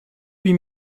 huit